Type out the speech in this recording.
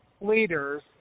leaders